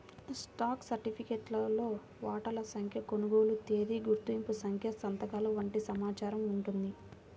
stock సర్టిఫికేట్లో వాటాల సంఖ్య, కొనుగోలు తేదీ, గుర్తింపు సంఖ్య సంతకాలు వంటి సమాచారం ఉంటుంది